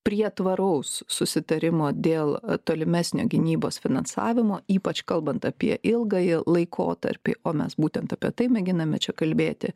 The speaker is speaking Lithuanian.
prie tvaraus susitarimo dėl tolimesnio gynybos finansavimo ypač kalbant apie ilgąjį laikotarpį o mes būtent apie tai mėginame čia kalbėti